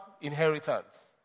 inheritance